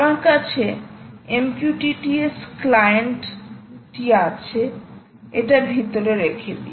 আমার কাছে MQTT S client টি আছে এটা ভিতরে রেখে দিই